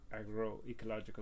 agroecological